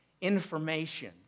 information